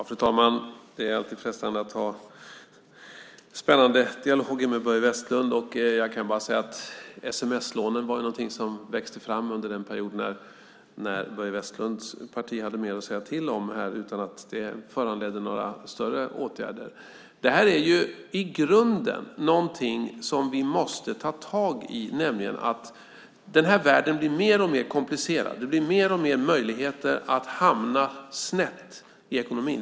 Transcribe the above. Fru talman! Det är alltid frestande att ta spännande dialoger med Börje Vestlund. Jag kan bara säga att sms-lånen var någonting som växte fram under den period då Börje Vestlunds parti hade mer att säga till om utan att det föranledde några större åtgärder. Det här är någonting som vi måste ta itu med. Den här världen blir mer och mer komplicerad. Det blir fler och fler möjligheter att hamna snett i ekonomin.